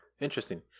interesting